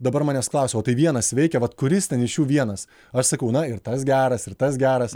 dabar manęs klausia o tai vienas veikia vat kuris ten iš jų vienas aš sakau na ir tas geras ir tas geras